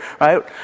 right